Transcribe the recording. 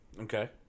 Okay